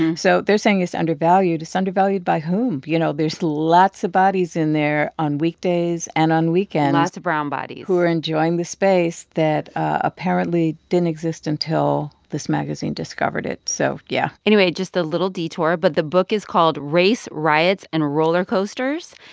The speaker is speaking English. and so they're saying it's undervalued. it's undervalued by whom? you know, there's lots of bodies in there on weekdays and on weekends. lots of brown bodies. who are enjoying the space that apparently didn't exist until this magazine discovered it. so yeah anyway, just a little detour, but the book is called race, riots, and roller coasters.